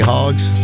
Hogs